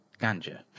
Ganja